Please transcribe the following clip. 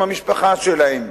עם המשפחה שלהם,